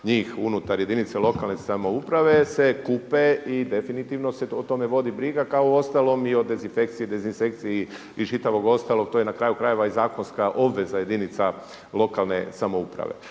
njih unutar jedinice lokalne samouprave se kupe i definitivno se o tome vodi briga kao uostalom i o dezinfekciji, dezinsekciji i čitavog ostalog. To je na kraju krajeva i zakonska obveza jedinica lokalne samouprave